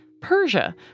Persia